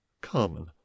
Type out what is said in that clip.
carmen